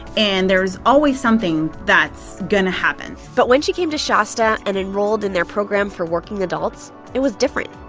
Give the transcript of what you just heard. and there's always something that's going to happen but when she came to shasta and enrolled in their program for working adults, it was different.